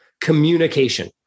Communication